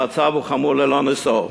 המצב הוא חמור ללא נשוא.